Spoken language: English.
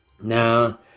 Now